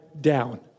down